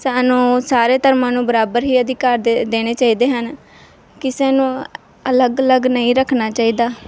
ਸਾਨੂੰ ਸਾਰੇ ਧਰਮਾਂ ਨੂੰ ਬਰਾਬਰ ਹੀ ਅਧਿਕਾਰ ਦੇਣੇ ਦੇਣੇ ਚਾਹੀਦੇ ਹਨ ਕਿਸੇ ਨੂੰ ਅਲੱਗ ਅਲੱਗ ਨਹੀਂ ਰੱਖਣਾ ਚਾਹੀਦਾ